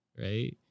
right